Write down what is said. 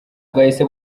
bwahise